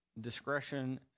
discretion